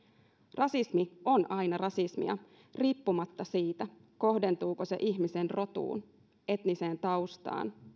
rasismi on aina rasismia riippumatta siitä kohdentuuko se ihmisen rotuun etniseen taustaan